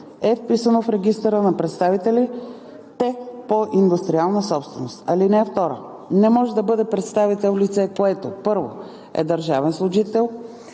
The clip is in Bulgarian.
е вписано в Регистъра на представителите по индустриална собственост. (2) Не може да бъде представител лице, което: 1. е държавен служител;